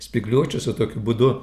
spygliuočiuose tokiu būdu